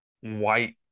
white